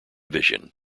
vision